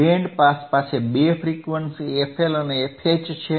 band pass પાસે બે frequency FL અને FH છે